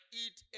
eat